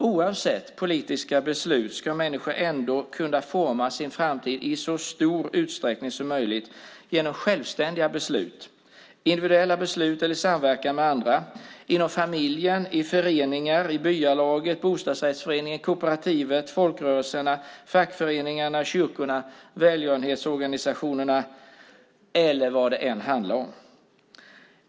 Oavsett politiska beslut ska människor kunna forma sin framtid i så stor utsträckning som möjligt genom självständiga beslut - individuella beslut eller i samverkan med andra, inom familjen, i föreningar, byalag, bostadsrättsföreningar, kooperativ, folkrörelser, fackföreningar, kyrkor, välgörenhetsorganisationer eller vad det nu handlar om.